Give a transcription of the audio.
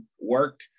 work